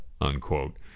unquote